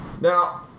Now